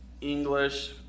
English